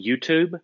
YouTube